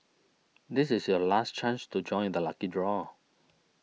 this is your last chance to join the lucky draw